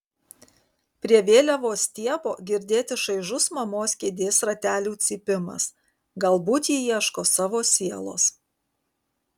prie vėliavos stiebo girdėti šaižus mamos kėdės ratelių cypimas galbūt ji ieško savo sielos